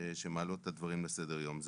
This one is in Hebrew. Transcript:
שמעלות את הדברים על סדר היום.